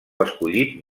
escollit